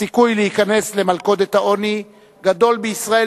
הסיכוי להיכנס למלכודת העוני גדול בישראל